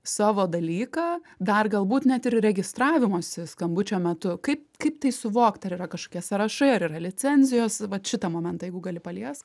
savo dalyką dar galbūt net ir registravimosi skambučio metu kaip kaip tai suvokti ar yra kažkokie sąrašai ar yra licencijos vat šitą momentą jeigu gali paliesk